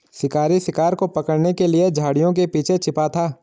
शिकारी शिकार को पकड़ने के लिए झाड़ियों के पीछे छिपा था